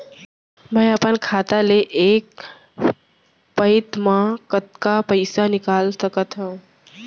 मैं अपन खाता ले एक पइत मा कतका पइसा निकाल सकत हव?